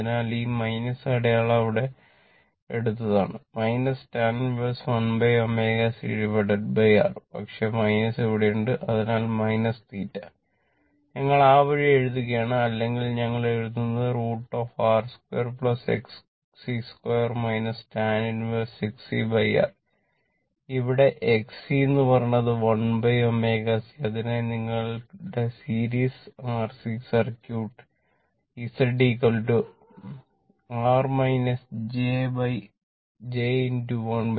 അതിനാൽ സർക്യൂട്ടിന്റെ impedance Z R j 1 ω c